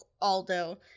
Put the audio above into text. Aldo